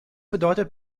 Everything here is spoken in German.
bedeutete